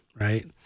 right